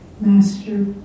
master